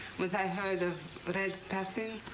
once i heard of red's passing.